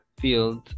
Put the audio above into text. fields